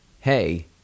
hey